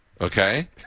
okay